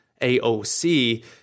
aoc